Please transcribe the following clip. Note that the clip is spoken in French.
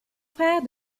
frère